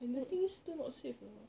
and the thing is still not safe lah